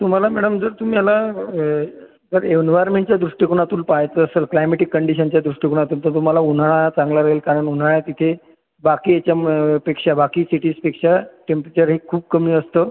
तुम्हाला मॅडम जर तुम्ही याला जर एन्व्हायर्नमेंटच्या दृष्टीकोनातून पाहायचं असेल क्लायमेटिक कंडिशनच्या दृष्टीकोनातून तर तुम्हाला उन्हाळा चांगला जाईल कारण उन्हाळ्यात इथे बाकी याच्या म पेक्षा बाकी सिटीजपेक्षा टेंपरेचर हे खूप कमी असतं